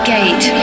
Gate